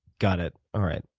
got it, all right.